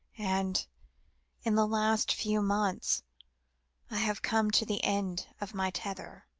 and in the last few months i have come to the end of my tether.